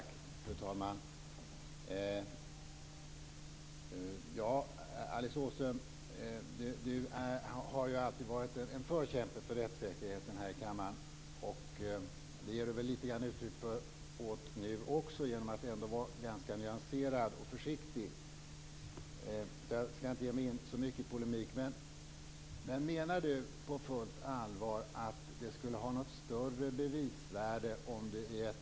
Fru talman! Alice Åström har alltid varit en förkämpe för rättssäkerheten i kammaren. Det ger hon uttryck för även nu, genom att ändå vara nyanserad och försiktig. Jag skall inte ge mig in i polemik med henne. Menar Alice Åström på fullt allvar att det skulle ha ett större bevisvärde om man i ett brottmål har ett vittne som deltar i målet via en videokonferens?